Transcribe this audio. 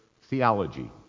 theology